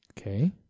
Okay